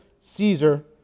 Caesar